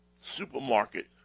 supermarket